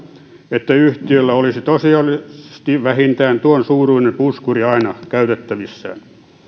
että yhtiöllä olisi tosiasiallisesti vähintään tuon suuruinen puskuri aina käytettävissään